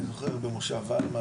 במושב עלמה,